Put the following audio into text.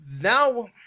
Now